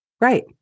Right